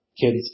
kids